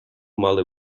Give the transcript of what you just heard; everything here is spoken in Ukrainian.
мали